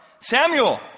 Samuel